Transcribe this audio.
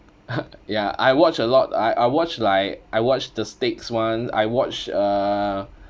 ya I watch a lot I I watch like I watch the steaks one I watch uh